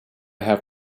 have